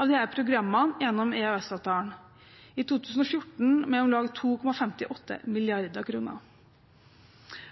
av disse programmene gjennom EØS-avtalen, i 2014 med om lag 2,58 mrd. kr.